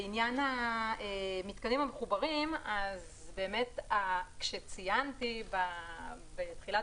לעניין המתקנים המחוברים: כשציינתי בתחילת